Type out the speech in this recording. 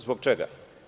Zbog čega?